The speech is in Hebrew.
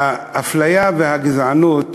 האפליה והגזענות